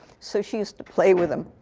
so she used to play with them.